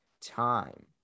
time